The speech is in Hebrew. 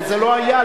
וזה לא היה,